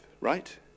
right